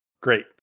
Great